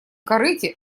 корыте